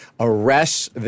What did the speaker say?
arrests